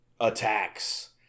attacks